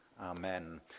Amen